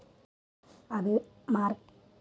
marketing పరిశోధనదా అభివృద్ధి పరచడం ఎలా